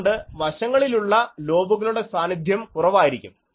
അതുകൊണ്ട് വശങ്ങളിലുള്ള ലോബുകളുടെ സാന്നിധ്യം കുറവായിരിക്കും